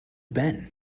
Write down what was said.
been